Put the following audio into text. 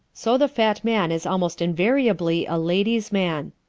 so the fat man is almost invariably a ladies' man.